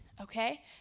Okay